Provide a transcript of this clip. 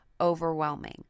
overwhelming